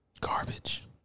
Garbage